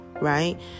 right